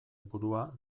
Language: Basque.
burua